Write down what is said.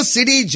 City